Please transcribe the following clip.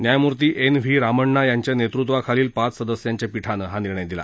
न्यायमूर्ती N V Ramanna यांच्या नेतृत्वाखालील पाच सदस्यांच्या पीठानं हा निर्णय दिला